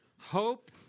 hope